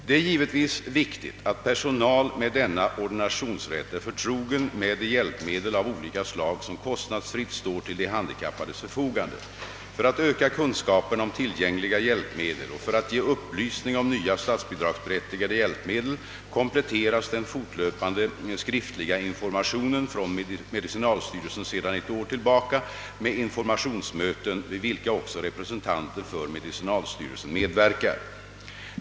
Det är givetvis viktigt att personal med denna ordinationsrätt är förtrogen med de hjälpmedel av olika slag som kostnadsfritt står till de handikappades förfogande. För att öka kunskaperna om tillgängliga hjälpmedel och för att ge upplysning om nya statsbidragsberättigade hjälpmedel kompletteras den fortlöpande skriftliga informationen från medicinalstyrelsen sedan ett år tillbaka med informationsmöten, vid vilka också representanter för medicinalstyrelsen medverkar.